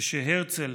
כשהרצל